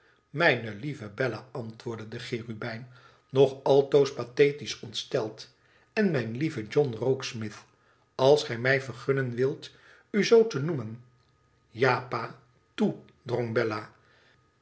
mijne lieve bella antwoordde de cherubijn nog altoos pathetisch ontsteld en mijn lieve john rokesmith als gij mij vergunnen wilt u zoo te noemen tja pa toe drong